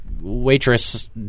waitress